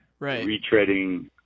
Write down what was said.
retreading